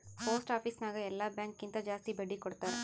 post office ನಾಗ್ ಎಲ್ಲಾ bank ಕಿಂತಾ ಜಾಸ್ತಿ ಬಡ್ಡಿ ಕೊಡ್ತಾರ್